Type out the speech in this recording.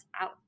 out